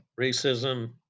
racism